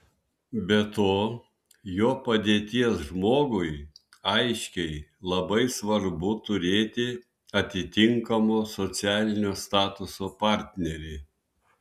be to jo padėties žmogui aiškiai labai svarbu turėti atitinkamo socialinio statuso partnerį